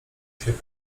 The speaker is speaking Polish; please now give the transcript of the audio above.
się